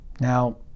Now